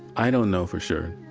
i don't know for sure.